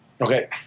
Okay